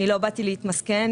אני לא באתי להתמסכן.